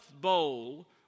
bowl